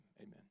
Amen